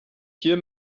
hier